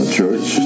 Church